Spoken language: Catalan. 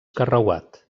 carreuat